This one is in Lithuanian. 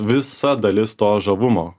visa dalis to žavumo